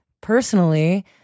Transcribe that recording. personally